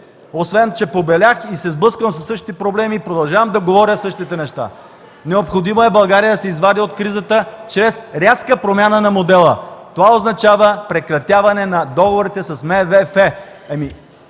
освен че побелях и се сблъсквам със същите проблеми и продължавам да говоря същите неща? Необходимо е България да се извади от кризата чрез рязка промяна на модела – това означава прекратяване на договорите с